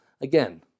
again